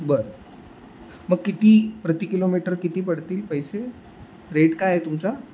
बरं मग किती प्रति किलोमीटर किती पडतील पैसे रेट काय आहे तुमचा